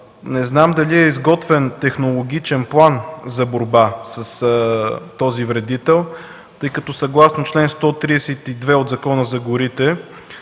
Не знам дали е изготвен технологичен план за борба с този вредител, тъй като съгласно чл. 132 от Закона за горите